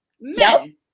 men